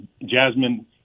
Jasmine